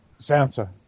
Sansa